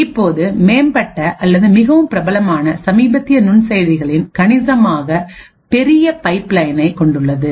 இப்போது மேம்பட்ட அல்லது மிகவும் பிரபலமான சமீபத்திய நுண்செயலிகள் கணிசமாக பெரிய பைப் லயனை கொண்டுள்ளன